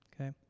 okay